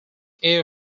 air